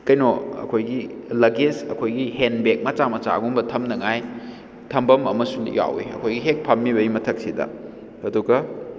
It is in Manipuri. ꯀꯩꯅꯣ ꯑꯩꯈꯣꯏꯒꯤ ꯂꯛꯒꯦꯖ ꯑꯩꯈꯣꯏꯒꯤ ꯍꯦꯟ ꯕꯦꯛ ꯃꯆꯥ ꯃꯆꯥꯒꯨꯝꯕ ꯊꯝꯅꯉꯥꯏ ꯊꯝꯐꯝ ꯑꯃꯁꯨ ꯌꯥꯎꯏ ꯑꯩꯈꯣꯏꯒꯤ ꯍꯦꯛ ꯐꯝꯃꯤꯕꯒꯤ ꯃꯊꯛꯁꯤꯗ ꯑꯗꯨꯒ